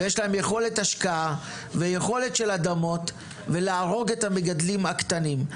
יכולת השקעה ואדמות ולהרוג את המגדלים הקטנים.